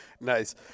Nice